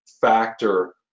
factor